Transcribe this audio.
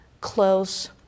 close